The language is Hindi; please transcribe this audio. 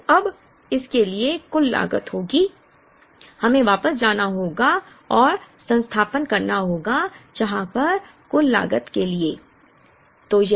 तो अब इसके लिए कुल लागत होगी हमें वापस जाना होगा और स्थानापन्न करना होगा जहां पर कुल लागत के लिए